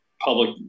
public